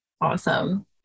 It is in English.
awesome